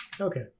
Okay